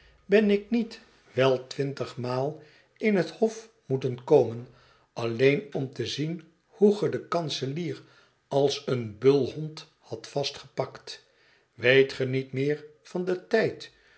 ben ik niet wel twintigmaal in het hof moeten komen alleen om te zien hoe ge den kanselier als een bulhond hadt vastgepakt weet ge niet meer van den tijd